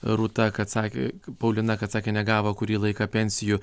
rūta kad sakė paulina kad sakė negavo kurį laiką pensijų